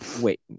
wait